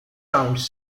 rounds